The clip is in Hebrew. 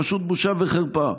פשוט בושה וחרפה.